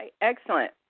excellent